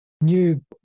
New